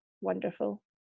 wonderful